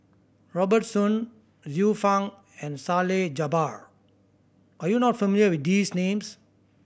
Robert Soon Xiu Fang and Salleh Japar are you not familiar with these names